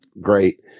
Great